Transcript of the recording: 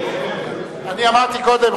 אני אמרתי קודם,